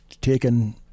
taken